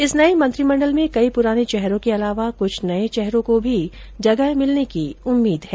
इस नए मंत्रिमंडल में कई पुराने चेहरों के अलावा कुछ नए चेहरों को भी जगह मिलने की उम्मीद है